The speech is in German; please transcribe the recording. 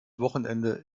wochenende